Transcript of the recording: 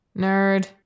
nerd